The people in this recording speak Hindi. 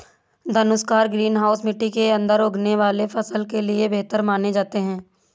धनुषाकार ग्रीन हाउस मिट्टी के अंदर उगने वाले फसल के लिए बेहतर माने जाते हैं